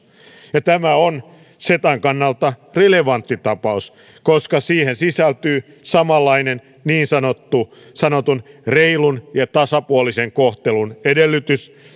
ja tämä on cetan kannalta relevantti tapaus koska siihen sisältyy samanlainen niin sanottu reilun ja tasapuolisen kohtelun edellytys